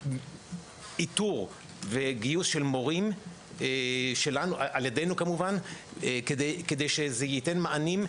איתור וגיוס של מורים על ידינו כמובן כדי שזה ייתן מענים.